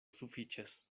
sufiĉas